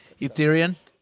Ethereum